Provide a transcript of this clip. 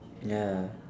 ya